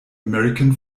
american